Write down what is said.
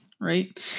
Right